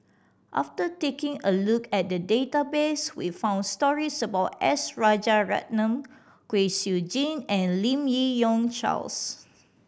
after taking a look at the database we found stories about S Rajaratnam Kwek Siew Jin and Lim Yi Yong Charles